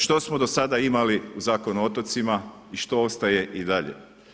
Što smo do sada imali u zakonu o otocima i što ostaje i dalje?